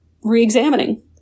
re-examining